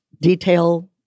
detail